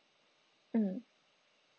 mm